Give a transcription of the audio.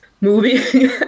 movie